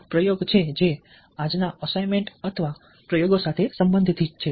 એક પ્રયોગ જે આજના અસાઇનમેન્ટ અથવા પ્રયોગ સાથે સંબંધિત છે